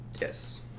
Yes